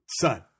son